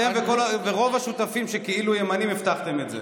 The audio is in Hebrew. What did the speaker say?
אתם ורוב השותפים שכאילו ימנים הבטחתם את זה.